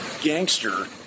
Gangster